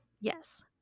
Yes